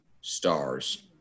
stars